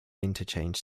interchange